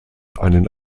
einen